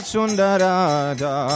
Sundarada